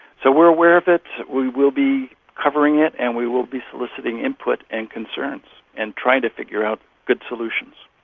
so we are aware of it, we'll be covering it, and we will be soliciting input and concerns and trying to figure out good solutions.